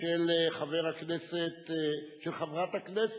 של חברת הכנסת